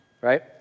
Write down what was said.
right